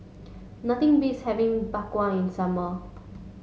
nothing beats having Bak Kwa in summer